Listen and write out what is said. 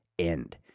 end